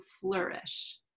flourish